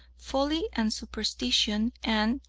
folly and superstition, and,